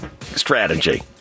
strategy